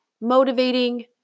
motivating